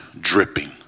dripping